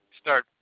start